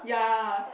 ya